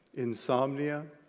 insomnia,